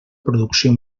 producció